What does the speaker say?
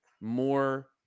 more